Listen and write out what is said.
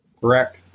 correct